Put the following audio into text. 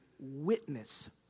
Witness